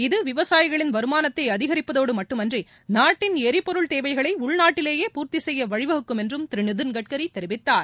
இது விவசாயிகளின் வருமானத்தை அதிகரிப்பதோடு மட்டுமன்றி நாட்டின் எரிபொருள் தேவைகளை உள்நாட்டிலேயே பூர்த்தி செய்ய வழிவகுக்கும் என்றும் திரு நிதின் கட்கரி தெரிவித்தார்